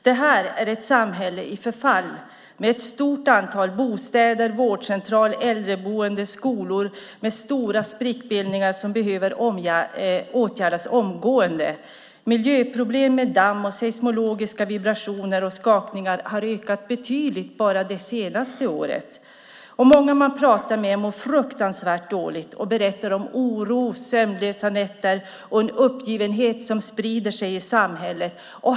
Det är ett samhälle i förfall. Ett stort antal bostäder liksom äldreboenden och skolor samt vårdcentral har stora sprickbildningar som behöver åtgärdas omgående. Miljöproblemen med damm och seismologiska vibrationer och skakningar har ökat betydligt bara under det senaste året. Många man talar med mår mycket dåligt och berättar om oro och sömnlösa nätter. Det finns en uppgivenhet i samhället som sprider sig.